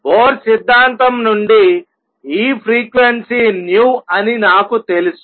bore సిద్ధాంతం నుండి ఈ ఫ్రీక్వెన్సీ అని నాకు తెలుసు